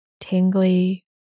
tingly